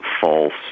false